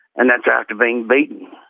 and that's after being beaten,